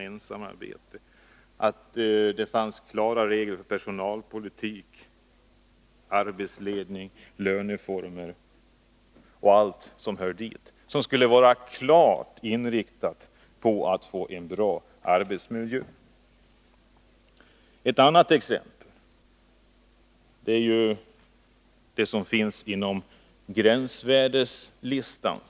Likaså borde man utfärda klara regler för personalpolitik, arbetsledning, löneformer och allt som hör dit. Reglerna skulle vara klart inriktade på att åstadkomma en bra arbetsmiljö. Ett annat exempel kan tas ur den s.k. gränsvärdeslistan.